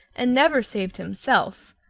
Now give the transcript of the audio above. and never saved himself,